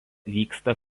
vyksta